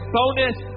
bonus